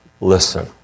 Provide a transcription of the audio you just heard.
listen